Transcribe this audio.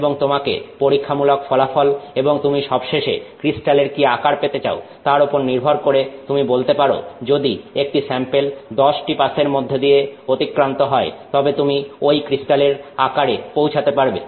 এবং তোমার পরীক্ষামূলক ফলাফল এবং তুমি সবশেষে ক্রিস্টালের কি আকার পেতে চাও তার ওপর নির্ভর করে তুমি বলতে পারো যদি একটি স্যাম্পেল 10 টি পাসের মধ্যে দিয়ে অতিক্রান্ত হয় তবে তুমি ঐ ক্রিস্টালের আকারে পৌঁছাতে পারবে